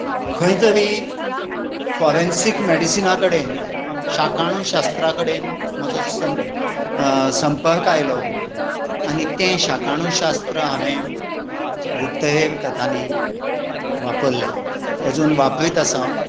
खंय तरी फॉरँन्सीक मॅडिसिना कडेन शाकाणूशास्त्रा कडेन म्हजो सन संपर्क आयलो आनी तें शाकाणूशास्त्र हांवें गुप्तहेर कथांनी वापरल्यात अजून वापरीत आसा